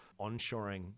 onshoring